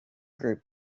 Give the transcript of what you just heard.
group